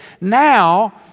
now